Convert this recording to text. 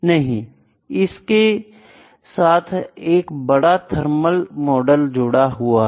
नहीं इसके साथ एक बड़ा थर्मल मॉडल जुड़ा हुआ है